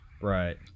Right